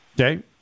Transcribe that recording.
Okay